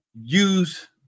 Use